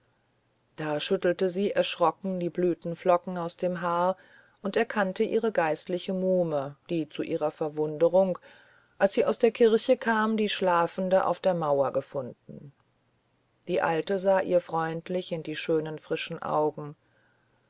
da schüttelte sie erschrocken die blütenflocken aus dem haar und erkannte ihre geistliche muhme die zu ihrer verwunderung als sie aus der kirche kam die schlafende auf der mauer gefunden die alte sah ihr freundlich in die schönen frischen augen